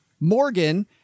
Morgan